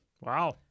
Wow